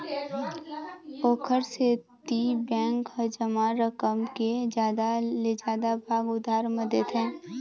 ओखर सेती बेंक ह जमा रकम के जादा ले जादा भाग उधार म देथे